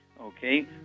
Okay